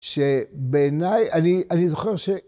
שבעיניי, אני זוכר ש...